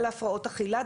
על הפרעות אכילה,